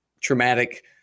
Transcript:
traumatic